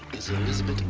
is elisabet.